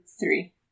three